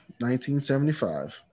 1975